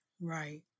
Right